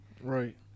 Right